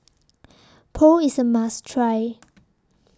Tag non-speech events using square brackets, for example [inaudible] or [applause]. [noise] Pho IS A must Try